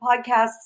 podcasts